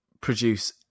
produce